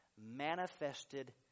manifested